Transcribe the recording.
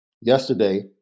Yesterday